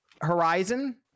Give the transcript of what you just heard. horizon